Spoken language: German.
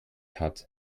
hat